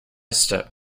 step